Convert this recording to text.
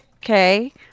Okay